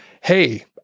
hey